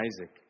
Isaac